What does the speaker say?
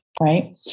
right